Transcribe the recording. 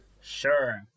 Sure